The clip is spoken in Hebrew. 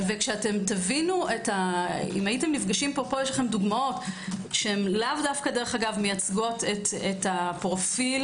פה יש לכם דוגמאות שהן לאו דווקא מייצגות את הפרופיל